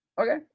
Okay